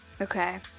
Okay